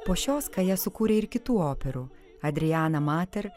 po šios kaija sukūrė ir kitų operų adrianą mater